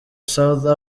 southern